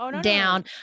down